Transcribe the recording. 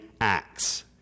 acts